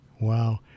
wow